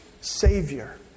Savior